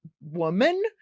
woman